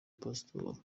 pasitoro